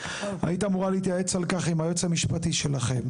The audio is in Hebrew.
היית אמורה להתייעץ על כך עם היועץ המשפטי שלכם.